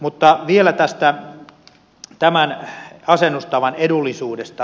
mutta vielä tästä tämän asennustavan edullisuudesta